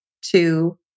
two